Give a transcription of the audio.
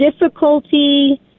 difficulty